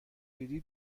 دیدی